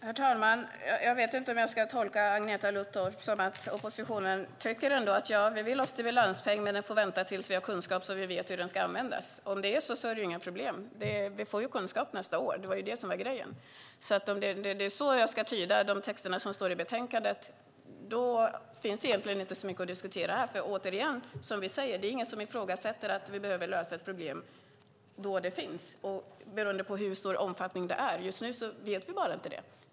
Herr talman! Jag vet inte om jag ska tolka Agneta Luttropp som att oppositionen tycker så här: Ja, vi vill ha stimulanspeng, men den får vänta tills vi har kunskap, så att vi vet hur den ska användas. Om det är så är det inga problem. Vi får ju kunskap nästa år. Det var det som var grejen. Om det är så jag ska tyda de texter som finns i betänkandet finns det egentligen inte så mycket att diskutera här. För, återigen, det är ingen som ifrågasätter att vi behöver lösa ett problem då det finns. Det är beroende av hur stor omfattning det är. Just nu vet vi bara inte det.